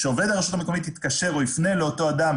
כשעובד הרשות המקומית יתקשר או יפנה לאותו אדם